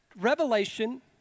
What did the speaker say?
revelation